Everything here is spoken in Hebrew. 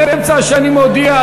באמצע שאני מודיע,